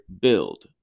build